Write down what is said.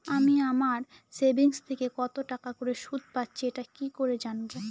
আমি আমার সেভিংস থেকে কতটাকা করে সুদ পাচ্ছি এটা কি করে জানব?